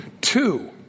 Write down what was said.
two